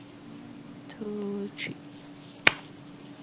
two three